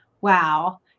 Wow